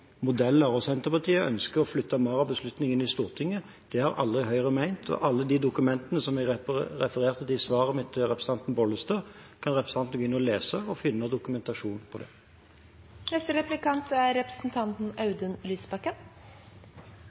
modeller, og Senterpartiet ønsker å flytte mer av beslutningene til Stortinget. Det har Høyre aldri ment, og alle de dokumentene som jeg refererte til i mitt svar til representanten Bollestad, kan representanten lese og finne dokumentasjon for. Når en hører på